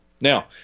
Now